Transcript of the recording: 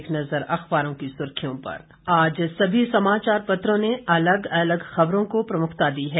एक नज़र अखबारों की सुर्खियों पर आज सभी समाचार पत्रों ने अलग अलग खबरों को प्रमुखता दी है